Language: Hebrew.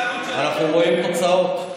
אנחנו רואים תוצאות.